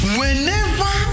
whenever